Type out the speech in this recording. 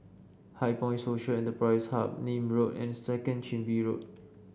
HighPoint Social Enterprise Hub Nim Road and Second Chin Bee Road